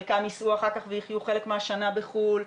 חלקם ייסעו אחר כך ויחיו חלק מהשנה בחו"ל,